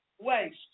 waste